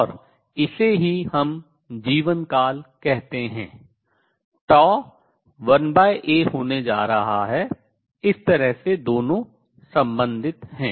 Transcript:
और इसे ही हम जीवनकाल कहते हैं 1A होने जा रहा है इस तरह से दोनों संबंधित हैं